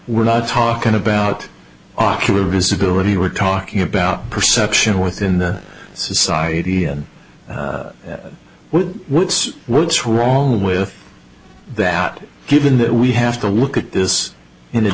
we're not talking about aqua visibility we're talking about perception within the society and what's what's wrong with that given that we have to look at this and